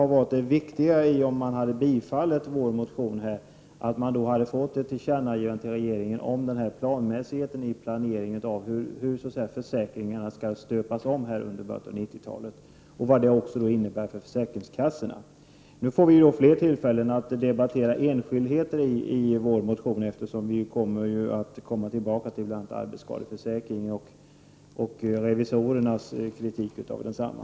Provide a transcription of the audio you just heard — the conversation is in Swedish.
Hade man bifallit vår motion hade det getts regeringen till känna vikten av planmässighet vid planeringen av hur försäkringarna skall stöpas om i början av 90-talet samt vad detta skulle innebära för försäkringskassorna. Nu får vi flera tillfällen att debattera enskildheter i vår motion. Vi återkommer ju till bl.a. arbetsskadeförsäkringen och revisorernas kritik av densamma.